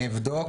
אני אבדוק.